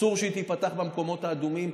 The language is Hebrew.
אסור שהיא תיפתח במקומות האדומים,